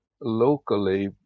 locally